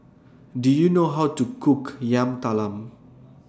Do YOU know How to Cook Yam Talam